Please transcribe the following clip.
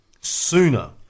sooner